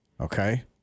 Okay